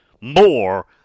more